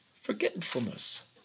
forgetfulness